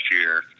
year